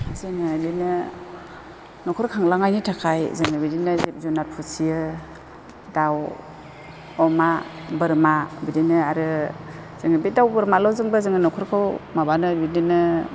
जोङो ओरैनो न'खर खांलांनायनि थाखाय जोङो बिदिनो जुनार फिसियो दाउ अमा बोरमा बिदिनो आरो जोङो बे दाउ बोरमाल'जोंबा जोङो न'खरखौ माबानो बिदिनो